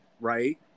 right